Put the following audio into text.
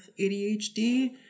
ADHD